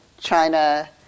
China